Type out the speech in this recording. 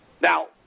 Now